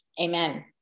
amen